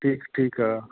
ਠੀਕ ਠੀਕ ਆ